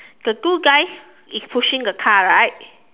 the two guys is pushing the car right